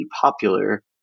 popular